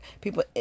People